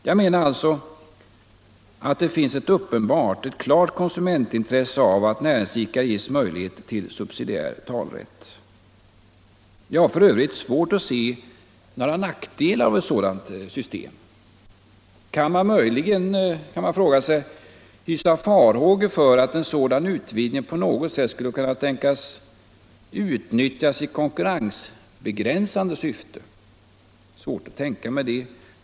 Jag menar alltså att det finns ett klart konsumentintresse av att näringsidkare ges möjlighet till subsidiär talerätt. Jag har svårt att se några nackdelar av ett sådant system. Kan man möjligen hysa farhågor för att en sådan utvidgning på något sätt skulle kunna tänkas utnyttjas i konkurrensbegränsande syfte?